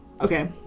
Okay